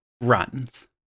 runs